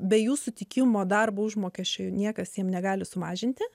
be jų sutikimo darbo užmokesčio niekas jiem negali sumažinti